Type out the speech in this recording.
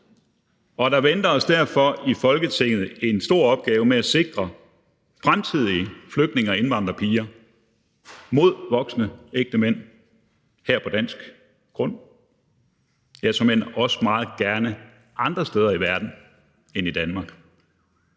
og der venter os derfor i Folketinget en stor opgave med at sikre fremtidige flygtninge- og indvandrerpiger mod voksne ægtemand her på dansk grund – ja, såmænd også meget gerne andre steder i verden end i Danmark.